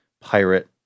pirate